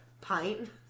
Pint